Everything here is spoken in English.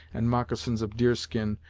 and moccasins of deer-skin,